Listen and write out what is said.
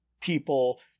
people